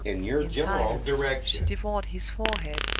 in silence she devoured his forehead,